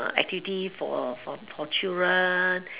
activity for for for children